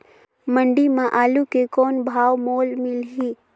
मंडी म आलू के कौन भाव मोल मिलही?